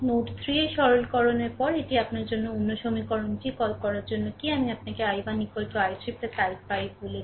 node 3 এ সরলকরণের পরে এটিই আপনাকে অন্য সমীকরণটি কল করার জন্য কী আমি আপনাকে i1 i3 i5 বলেছি